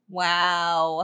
wow